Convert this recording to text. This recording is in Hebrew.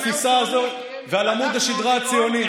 יש כאלה שמוכנים לוותר על התפיסה הזאת ועל עמוד השדרה הציוני.